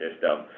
system